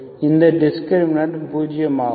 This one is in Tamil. இந்த டிஸ்கிரிமினன்ட் பூஜ்ஜியமாகும்